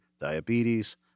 diabetes